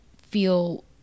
feel